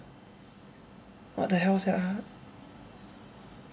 what the hell sia